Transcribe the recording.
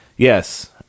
Yes